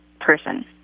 person